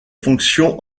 fonctions